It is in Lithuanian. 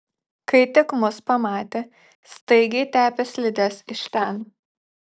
kai tik mus pamatė staigiai tepė slides iš ten